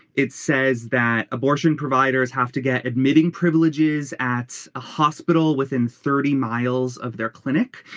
it says that abortion providers have to get admitting privileges at a hospital within thirty miles of their clinic.